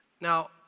Now